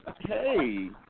Hey